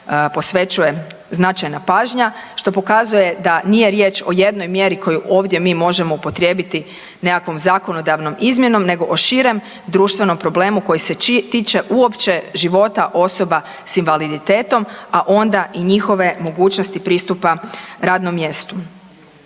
posvećuje značajna pažnja što pokazuje da nije riječ o jednom mjeri koju ovdje mi možemo upotrijebiti nekakvom zakonodavnom izmjenom nego o širem društvenom problemu koji se tiče uopće života osoba s invaliditetom, a onda i njihove mogućnosti pristupa radnom mjestu.